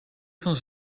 van